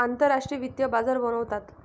आंतरराष्ट्रीय वित्तीय बाजार बनवतात